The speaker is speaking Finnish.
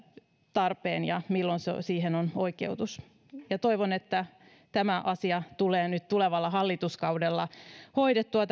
tarpeen ja milloin siihen on oikeutus toivon että itsemääräämissääntelyn uudistaminen tulee nyt tulevalla hallituskaudella hoidettua